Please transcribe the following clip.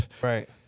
Right